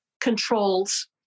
controls